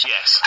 Yes